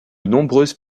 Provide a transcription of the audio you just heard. nombreuses